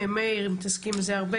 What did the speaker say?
מאיר מתעסקים בזה הרבה,